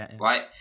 right